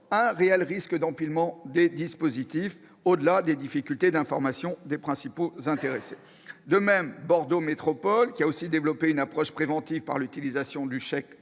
un vrai risque d'empilement des dispositifs, au-delà des difficultés à informer les principaux intéressés. De même, Bordeaux Métropole, qui a aussi développé une approche préventive par l'utilisation du « chèque